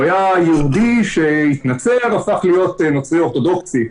הוא היה יהודי שהתנצר והפך להיות נוצרי אורתודוכסי.